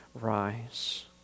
rise